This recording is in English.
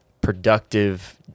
productive